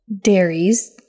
dairies